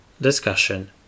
Discussion